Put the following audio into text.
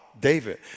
David